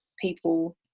people